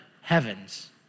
heavens